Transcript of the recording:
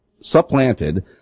supplanted